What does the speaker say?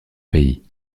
pays